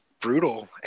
brutal